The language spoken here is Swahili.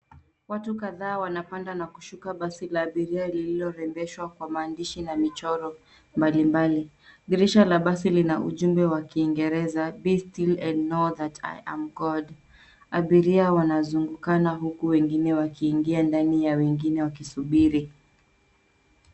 Watu kadhaa wanapanda na kushuka basi la abiria lililorembeshwa kwa maandishi na michoro mbalimbali. Dirisha la basi lina ujumbe wa kiingereza, " Be still and know that I am God ." Abiria wanazungukana huku wengine wakiingia ndani na wengine wakisubiri.